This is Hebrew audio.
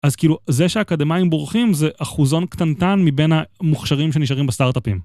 אז כאילו זה שהאקדמיים בורחים זה אחוזון קטנטן מבין המוכשרים שנשארים בסטארט-אפים.